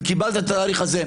וקיבלת את התאריך הזה.